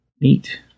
neat